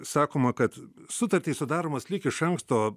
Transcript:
sakoma kad sutartys sudaromos lyg iš anksto